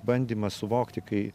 bandymas suvokti kai